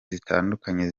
zitandukanye